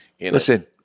Listen